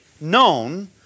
known